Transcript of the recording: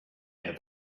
have